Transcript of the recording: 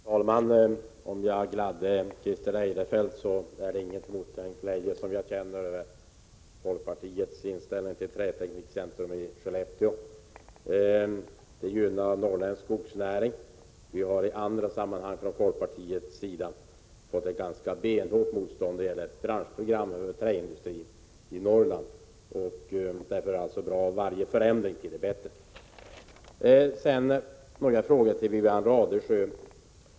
Herr talman! Om jag gladde Christer Eirefelt, så är det ingenting mot den glädje jag känner över folkpartiets inställning till Träteknikcentrum i Skellefteå. Det gynnar norrländsk skogsnäring. Vi har mött benhårt motstånd från folkpartiets sida när det gällt ett branschprogram för träindustrin i Norrland, och jag noterar med glädje varje förändring till det bättre. Sedan några frågor till Wivi-Anne Radesjö.